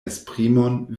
esprimon